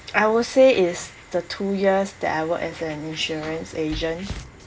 I will say it's the two years that I worked as an insurance agent